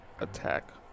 attack